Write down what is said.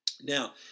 Now